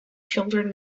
children